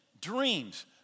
dreams